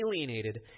alienated